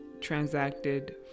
transacted